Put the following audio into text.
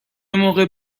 موقع